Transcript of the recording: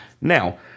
Now